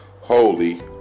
holy